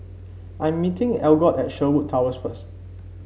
I'm meeting Algot at Sherwood Towers first